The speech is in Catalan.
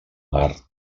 mar